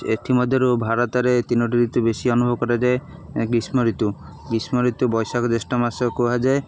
ଏଥିମଧ୍ୟରୁ ଭାରତରେ ତିନୋଟି ଋତୁ ବେଶି ଅନୁଭବ କରାଯାଏ ଗ୍ରୀଷ୍ମ ଋତୁ ଗ୍ରୀଷ୍ମ ଋତୁ ବୈଷାଖ ଜ୍ୟେଷ୍ଠ ମାସ କୁହାଯାଏ